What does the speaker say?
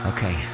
Okay